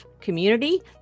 community